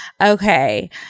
Okay